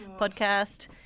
podcast